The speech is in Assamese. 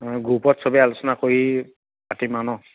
গ্ৰুপত চবেই আলোচনা কৰি পাতিম আৰু ন